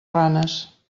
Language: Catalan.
ranes